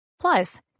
plus